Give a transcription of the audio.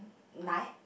nine